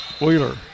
Wheeler